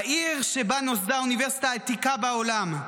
העיר שבה נוסדה האוניברסיטה העתיקה בעולם,